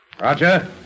Roger